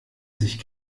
sich